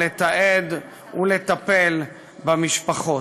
לתעד ולטפל במשפחות.